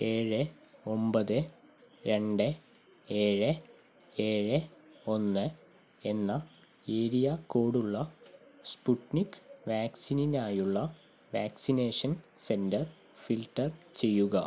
എഴ് ഒമ്പത് രണ്ട് ഏഴ് ഏഴ് ഒന്ന് എന്ന ഏരിയ കോഡുള്ള സ്പുട്നിക് വാക്സിനിനായുള്ള വാക്സിനേഷൻ സെൻ്റർ ഫിൽട്ടർ ചെയ്യുക